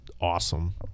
awesome